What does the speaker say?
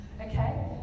Okay